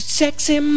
sexy